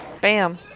bam